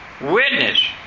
witness